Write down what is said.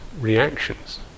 reactions